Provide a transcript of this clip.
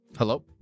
Hello